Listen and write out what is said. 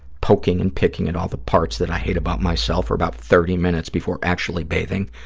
poking and picking at all the parts that i hate about myself for about thirty minutes before actually bathing,